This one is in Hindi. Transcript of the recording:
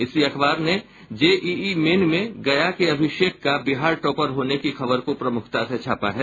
इसी अखबार ने जेईई मेन में गया के अभिषेक का बिहार टॉपर होने की खबर को प्रमुखता से छापा है